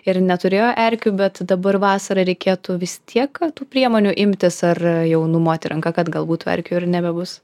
ir neturėjo erkių bet dabar vasarą reikėtų vis tiek tų priemonių imtis ar jau numoti ranka kad galbūt erkių ir nebebus